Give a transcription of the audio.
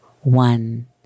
One